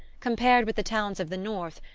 compared with the towns of the north,